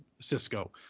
Cisco